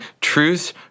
truth